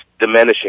diminishing